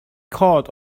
caught